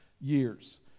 years